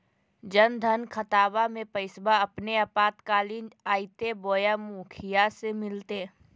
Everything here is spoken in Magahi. जन धन खाताबा में पैसबा अपने आपातकालीन आयते बोया मुखिया से मिलते?